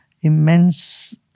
immense